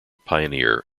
pioneer